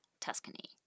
Tuscany